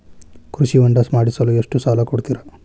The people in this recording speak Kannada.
ಕೃಷಿ ಹೊಂಡ ಮಾಡಿಸಲು ಎಷ್ಟು ಸಾಲ ಕೊಡ್ತಾರೆ?